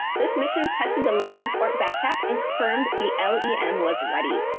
this mission tested the life support backpack and confirmed the lem was ready.